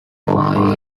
five